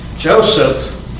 Joseph